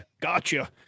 Gotcha